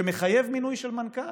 שמחייב מינוי של מנכ"ל,